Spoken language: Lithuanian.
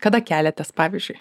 kada keliatės pavyzdžiui